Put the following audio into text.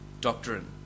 doctrine